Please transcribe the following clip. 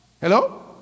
Hello